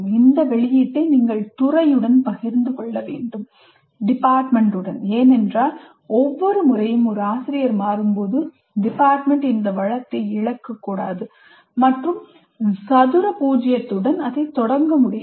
இந்த வெளியீட்டை நீங்கள் துறையுடன் பகிர்ந்து கொள்ள வேண்டும் ஏனென்றால் ஒவ்வொரு முறையும் ஒரு ஆசிரியர் மாறும்போது துறை இந்த வளத்தை இழக்கக்கூடாது மற்றும் சதுர பூஜ்ஜியத்துடன் இதை தொடங்க முடியாது